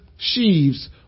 sheaves